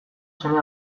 seme